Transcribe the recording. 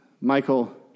Michael